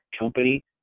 company